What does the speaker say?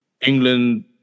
England